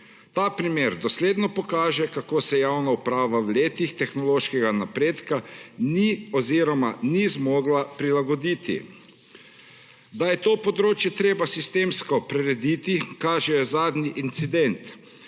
Ta primer dosledno pokaže kako se javna uprava v letih tehnološkega napredka ni oziroma ni zmogla prilagoditi. Da je to področje treba sistemsko prerediti kaže zadnji incident,